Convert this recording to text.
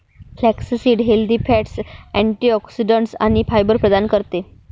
flaxseed healthy fats, antioxidants आणि fibre प्रदान करते